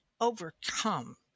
overcome